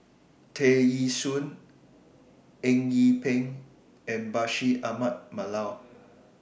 Tear Ee Soon Eng Yee Peng and Bashir Ahmad Mallal